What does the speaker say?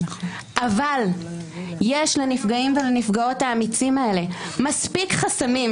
אבל יש לנפגעים ולנפגעות האמיצים האלה מספיק חסמים,